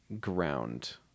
ground